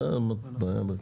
זו הבעיה המרכזית,